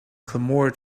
clamored